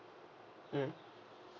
mm